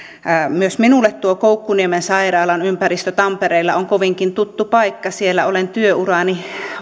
myös minulle tuo koukkuniemen sairaalan ympäristö tampereella on kovinkin tuttu paikka siellä olen työurani